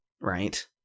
right